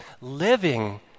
living